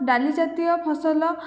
ଡ଼ାଲି ଜାତୀୟ ଫସଲ